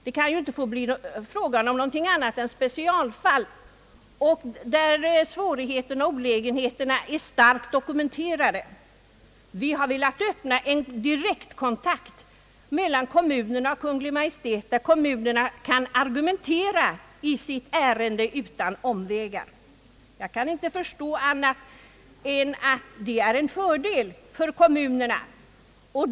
Det kan inte komma att gälla andra än specialfall, där svårigheterna och olägenheterna är starkt dokumenterade. Vi har velat öppna en direktkontakt mellan kommunerna och Kungl. Maj:t, som gör det möjligt för kommunerna att argumentera i dessa frågor utan omvägar och som samtidigt skapar en garanti för att inte andra ärenden kommer till prövning än de som är särskilt väl underbyggda,. Jag kan inte förstå annat än att en sådan ordning är en fördel för kommunerna.